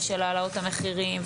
של העלאות המחירים,